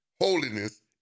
holiness